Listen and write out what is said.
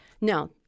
No